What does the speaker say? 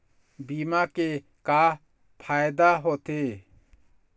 बीमा के का फायदा होते?